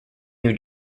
new